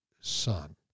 son